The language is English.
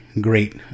great